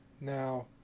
now